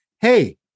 hey